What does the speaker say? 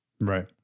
Right